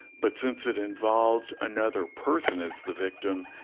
but since it involved another person as the victim,